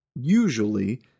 Usually